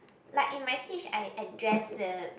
like in my speech I addressed the